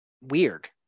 weird